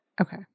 Okay